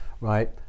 right